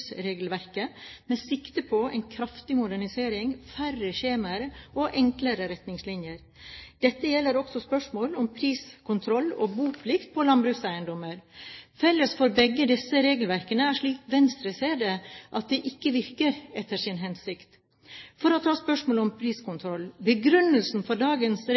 landbruksregelverket med sikte på en kraftig modernisering, færre skjemaer og enklere retningslinjer. Dette gjelder også spørsmål om priskontroll og boplikt på landbrukseiendommer. Felles for begge disse regelverkene er, slik Venstre ser det, at de ikke virker etter sin hensikt. For å ta spørsmålet om priskontroll: Begrunnelsen for dagens